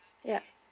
ya